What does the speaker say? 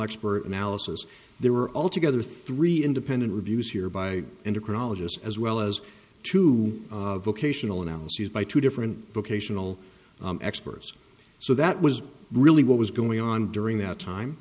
expert analysis they were all together three independent reviews here by and a chronologist as well as two vocational analyses by two different location all experts so that was really what was going on during that time